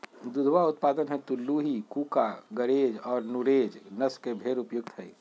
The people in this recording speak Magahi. दुधवा उत्पादन हेतु लूही, कूका, गरेज और नुरेज नस्ल के भेंड़ उपयुक्त हई